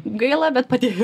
gaila bet padėjo